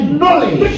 knowledge